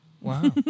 Wow